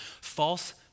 False